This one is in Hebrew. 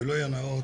ולגילוי הנאות,